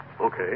Okay